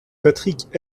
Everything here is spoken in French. patrick